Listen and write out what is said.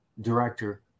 director